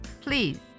please